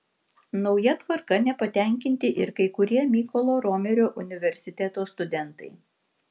nauja tvarka nepatenkinti ir kai kurie mykolo romerio universiteto studentai